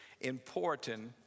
important